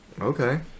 Okay